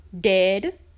dead